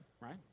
right